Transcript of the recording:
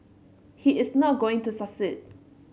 he is not going to succeed